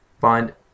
Find